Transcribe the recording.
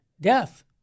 death